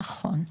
נכון.